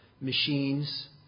machines